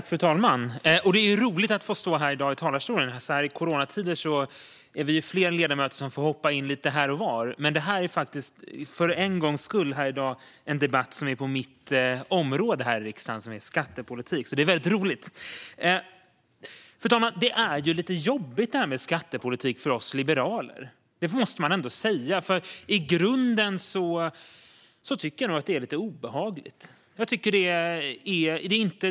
Fru talman! Det är roligt att få stå i talarstolen i dag. Så här i coronatider får flera av oss ledamöter hoppa in lite här och var. Men det här är för en gångs skull en debatt inom mitt område här i riksdagen, skattepolitik. Det är roligt. Fru talman! Det här med skattepolitik är lite jobbigt för oss liberaler.